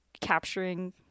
capturing